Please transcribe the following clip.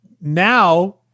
Now